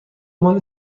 مال